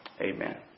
Amen